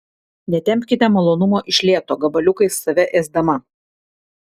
netempkite malonumo iš lėto gabaliukais save ėsdama